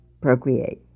procreate